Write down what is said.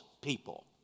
people